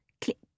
Click